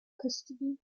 custody